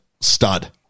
stud